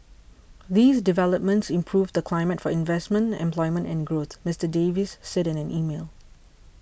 these developments improve the climate for investment employment and growth Mister Davis said in an email